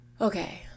Okay